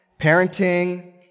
parenting